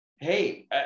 hey